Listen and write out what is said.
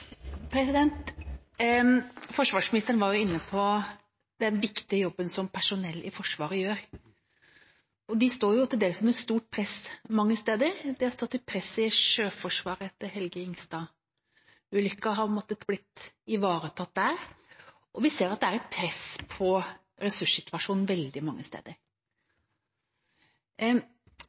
Forsvarsministeren var inne på den viktige jobben som personellet i Forsvaret gjør. De står til dels under stort press mange steder. De har stått i press i Sjøforsvaret etter KNM «Helge Ingstad»-ulykken og har måttet bli ivaretatt der. Og vi ser at det er et press på ressurssituasjonen veldig mange steder.